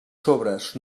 sobres